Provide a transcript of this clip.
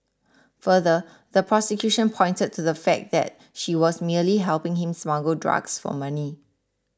further the prosecution pointed to the fact that she was merely helping him smuggle drugs for money